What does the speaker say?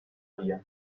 via